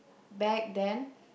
back then